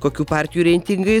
kokių partijų reitingai